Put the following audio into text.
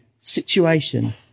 situation